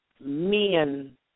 men